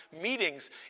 meetings